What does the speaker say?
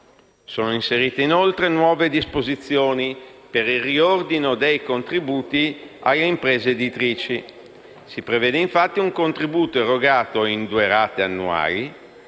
Sono inserite, inoltre, nuove disposizioni per il riordino dei contributi alle imprese editrici. Si prevede, infatti, un contributo erogato in due rate annuali,